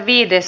asia